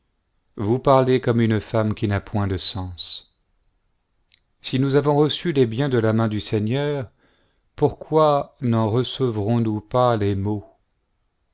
vous parlez comme une femme qui n'a point de sens si nous avons reçu les biens de la main du seigneur pourquoi n'en recevrons nous pas les maux